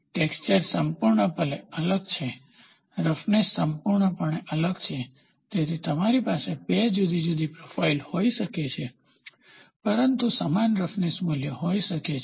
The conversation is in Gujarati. ટેક્સચર સંપૂર્ણપણે અલગ છે રફનેસ સંપૂર્ણપણે અલગ છે તેથી તમારી પાસે 2 જુદી જુદી પ્રોફાઇલ્સ હોઈ શકે છે પરંતુ સમાન રફનેસ મૂલ્ય હોઈ શકે છે